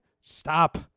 stop